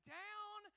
down